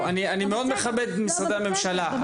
אני מאוד מכבד את משרדי הממשלה,